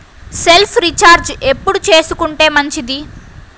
Cell recharge ఎప్పుడు చేసుకొంటే మంచిది?